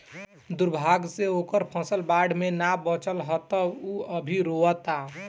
दुर्भाग्य से ओकर फसल बाढ़ में ना बाचल ह त उ अभी रोओता